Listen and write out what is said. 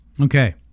Okay